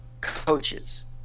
coaches